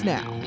Now